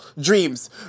dreams